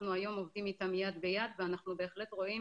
אנחנו היום עובדים איתם יד ביד ואנחנו בהחלט רואים